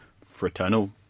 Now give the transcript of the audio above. fraternal